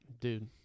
Dude